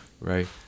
right